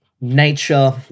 nature